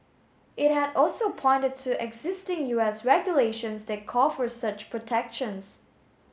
it had also pointed to existing U S regulations that call for such protections